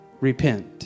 repent